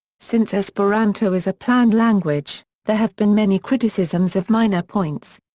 since esperanto is a planned language, there have been many criticisms of minor points.